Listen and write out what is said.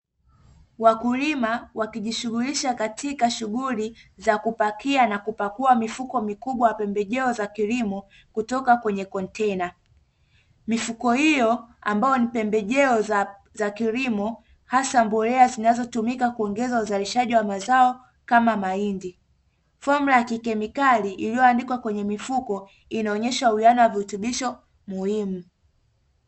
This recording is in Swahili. Wakulima wakijishughulisha katika shughuli za kupakia na kupakua mifuko mikubwa ya pembejeo za kilimo kutoka kwenye kontena. Mifuko hiyo ambayo ni pembejeo za kilimo hasa mbolea zinazotumika kuongeza uzalishaji wa mazao kama mahindi. Fomula ya kikemikali iliyoandikwa kwenye mifuko inaonyesha uwiano wa virutubisho muhimu.